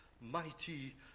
mighty